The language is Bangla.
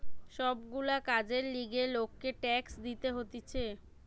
সব গুলা কাজের লিগে লোককে ট্যাক্স দিতে হতিছে